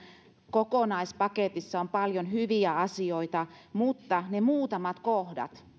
kokonaispaketissa on paljon hyviä asioita mutta ne muutamat kohdat